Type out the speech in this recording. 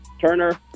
Turner